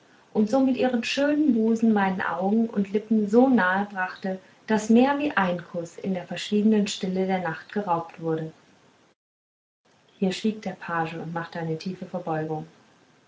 und somit ihren schönen busen meinen augen und lippen so nahe brachte daß mehr wie ein kuß in der verschwiegenen stille der nacht geraubt wurde hier schwieg der page und machte eine tiefe verbeugung